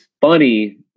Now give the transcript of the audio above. funny